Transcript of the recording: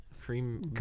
cream